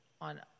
on